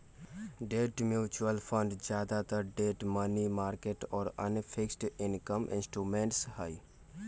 debt mutual fund ज्यादातर debt, money market और अन्य फिक्स्ड इनकम इंस्ट्रूमेंट्स हई